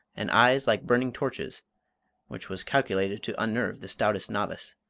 and eyes like burning torches which was calculated to unnerve the stoutest novice.